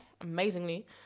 amazingly